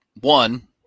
one